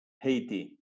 Haiti